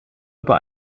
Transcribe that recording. über